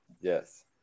Yes